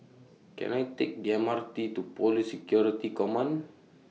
Can I Take The M R T to Police Security Command